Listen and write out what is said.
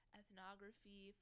ethnography